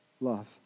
love